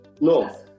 No